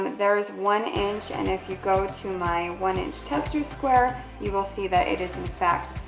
there's one inch, and if you go to my one-inch tester square you will see that it is, in fact,